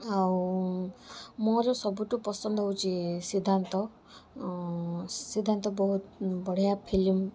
ଆଉ ମୋର ସବୁଠୁ ପସନ୍ଦ ହଉଛି ସିଦ୍ଧାନ୍ତ ସିଦ୍ଧାନ୍ତ ବହୁତ ବଢ଼ିଆ ଫିଲ୍ମ